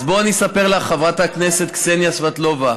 אז בואי אני אספר לך, חברת הכנסת קסניה סבטלובה: